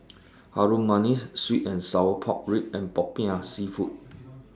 Harum Manis Sweet and Sour Pork Ribs and Popiah Seafood